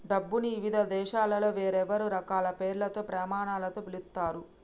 డబ్బుని ఇవిధ దేశాలలో వేర్వేరు రకాల పేర్లతో, ప్రమాణాలతో పిలుత్తారు